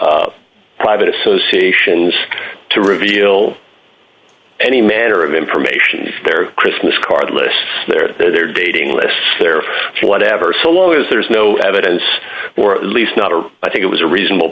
private associations to reveal any manner of information their christmas card list their their dating lists or whatever so long as there is no evidence or at least not i think it was a reasonable